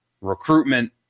recruitment